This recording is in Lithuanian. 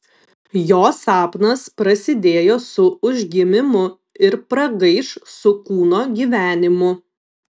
jo sapnas prasidėjo su užgimimu ir pragaiš su kūno gyvenimu